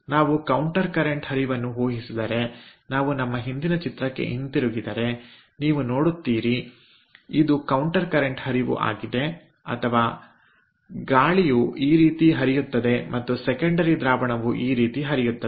ನಾವು counter current ಹರಿವನ್ನು ಊಹಿಸಿದರೆ ನಾವು ನಮ್ಮ ಹಿಂದಿನ ಚಿತ್ರಕ್ಕೆ ಹಿಂತಿರುಗಿದರೆ ನೀವು ನೋಡುತ್ತೀರಿ ಇದು ಕೌಂಟರ್ ಕರೆಂಟ್ ಹರಿವು ಆಗಿದೆ ಅಥವಾ ಗಾಳಿಯು ಈ ರೀತಿ ಹರಿಯುತ್ತದೆ ಮತ್ತು ಸೆಕೆಂಡರಿ ದ್ರಾವಣವು ಈ ರೀತಿ ಹರಿಯುತ್ತದೆ